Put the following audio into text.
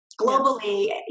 globally